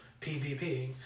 pvp